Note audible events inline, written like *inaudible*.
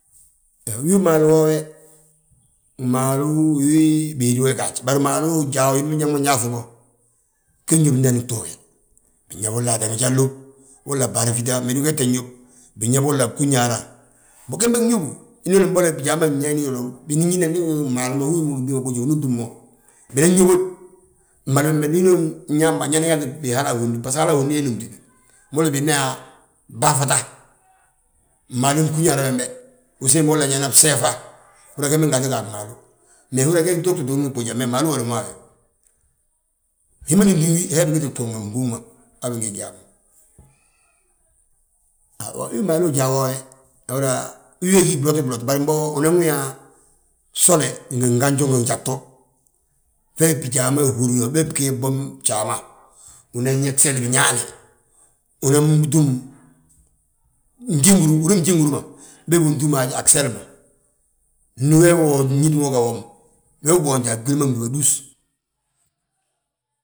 Wii maalu woo we, maalu wii béedi we gaaj, bari maalu ujaa wo, wi ma biñaŋ ma nyaaŧi bo ge ñób ndaani towe. Biyaa golla adama jalo, wolla barafita, me we wee tta ñób, binyaa wolla Gúñaara; Mbo gembe gñóbu, winooni wolla bijaa ma *unintelligible* binñiñe ndu ugí mo mmaalu ma hú hi númi wi mo boji wo bingu tuug mo. Binan yóbod, maalu wembe, ndi hinooni nyaab mo anyaana nyaantiti bi bii hala ahondi. Baso hala ahondi, hala hondi he númtibi, mboli binan yaa: Bafata, maalu gúñaara wembe, uu ssiim holla nyaana bseefa, uhúri yaa gembe gdaatu ga a maalu. Uhúra ge bituugi tuugni gboja, me maalu uwoda wi maa wi. Hi ma númtin wi he bingiti gtuug mo a nbúŋ ma, habe bingig yaa mo. Wi ma maalu ujaa woo we, uhúra wi we gí bloti blot, bari mbo unan wi yaa fsole ngi ganju ngi gjagtu ngj ganju, bee bijaa ma húri yoo, be bgí ye bwom bjaa ma. Unan yaa gseli biñaane, unan túm njíguru, uhúri njíguru ma, beebi untúm haj a gseli ma, ndi wee, ndi ugi wee ga woma, wee boonju a gwili ma gdúbatus.